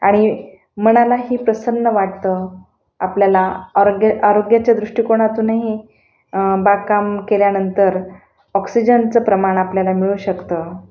आणि मनालाही प्रसन्न वाटतं आपल्याला आरोग्य आरोग्याच्या दृष्टिकोणातूनही बागकाम केल्यानंतर ऑक्सिजनचं प्रमाण आपल्याला मिळू शकतं